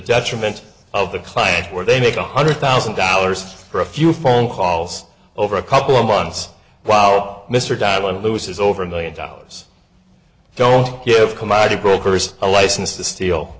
detriment of the client where they make one hundred thousand dollars for a few phone calls over a couple of months while mr dowling loses over a million dollars don't give commodity brokers a license to steal